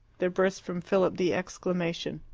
there burst from philip the exclamation,